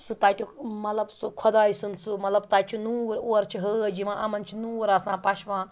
سُہ تَتیُٚک مطلب سُہ خۄداے سُنٛد سُہ مطلب تَتہِ چھِ نوٗر اورٕ چھِ حٲج یِوان یِمن چھِ نوٗر آسان پَشپان